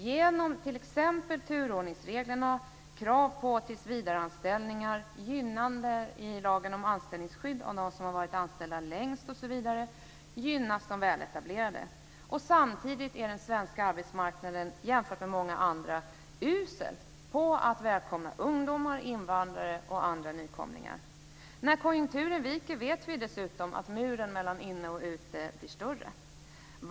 Genom t.ex. turordningsregler, krav på tillsvidareanställningar och gynnande i lagen om anställningsskydd av dem som har varit anställda längst osv. gynnas de väletablerade. Samtidigt är den svenska arbetsmarknaden jämfört med många andra usel på att välkomna ungdomar, invandrare och andra nykomlingar. När konjunkturen viker vet vi dessutom att muren mellan inne och ute blir större.